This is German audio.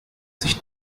sich